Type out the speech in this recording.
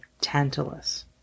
Tantalus